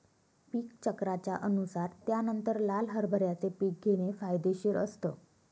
पीक चक्राच्या अनुसार त्यानंतर लाल हरभऱ्याचे पीक घेणे फायदेशीर असतं